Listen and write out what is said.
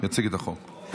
יציג את החוק.